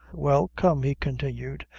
well, come, he continued,